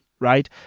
right